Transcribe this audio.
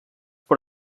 per